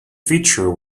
feature